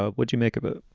ah would you make a but